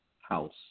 house